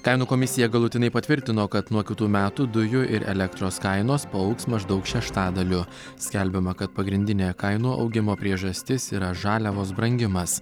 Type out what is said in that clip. kainų komisija galutinai patvirtino kad nuo kitų metų dujų ir elektros kainos paaugs maždaug šeštadaliu skelbiama kad pagrindinė kainų augimo priežastis yra žaliavos brangimas